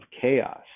chaos